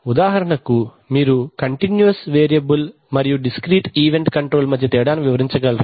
ఉదాహరణకు మీరుకంటిన్యూవస్ వేరియబుల్ మరియు డిస్క్రీట్ ఈవెంట్ కంట్రోల్ మధ్య తేడాను వివరించగలరా